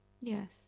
Yes